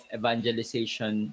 evangelization